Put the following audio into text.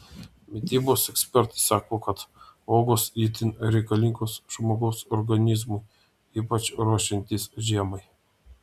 mitybos ekspertai sako kad uogos itin reikalingos žmogaus organizmui ypač ruošiantis žiemai